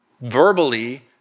verbally